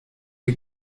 die